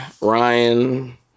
Ryan